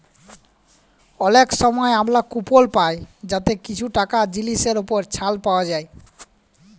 অলেক সময় আমরা কুপল পায় যাতে কিছু টাকা জিলিসের উপর ছাড় পাউয়া যায়